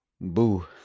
Boo